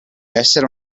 essere